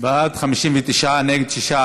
הוועדה, נתקבל.